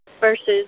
versus